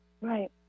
Right